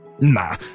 Nah